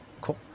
Cool